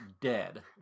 dead